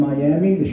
Miami